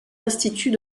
instituts